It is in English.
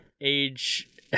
age